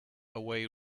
away